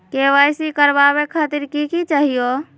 KYC करवावे खातीर कि कि चाहियो?